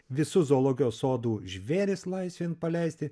visus zoologijos sodų žvėris laisvėn paleisti